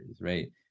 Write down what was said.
right